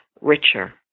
richer